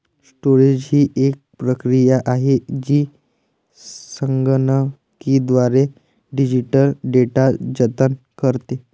storage ही एक प्रक्रिया आहे जी संगणकीयद्वारे डिजिटल डेटा जतन करते